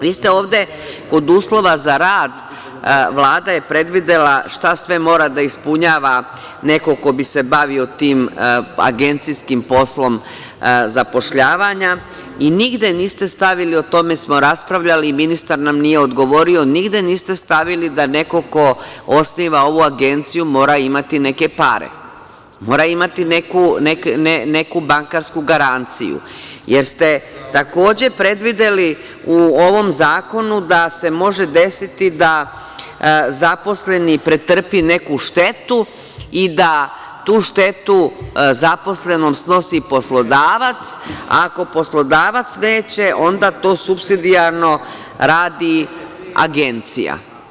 Vi ste ovde kod uslova za rad, Vlada je predvidela šta sve mora da ispunjava neko ko bi se bavio tim agencijskim poslom zapošljavanja i nigde niste stavili, o tome smo raspravljali i ministar nam nije odgovorio, nigde niste stavili da neko ko osniva ovu agenciju mora imati neke pare, mora imati neku bankarsku garanciju, jer ste takođe predvideli u ovom zakonu da se može desiti da zaposleni pretrpi neku štetu i da tu štetu zaposlenom snosi poslodavac, ako poslodavac neće, onda to supsidijarno radi agencija.